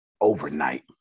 overnight